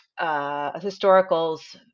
historicals